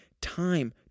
time